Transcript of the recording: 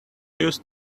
used